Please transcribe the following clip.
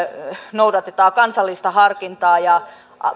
noudatetaan kansallista harkintaa ja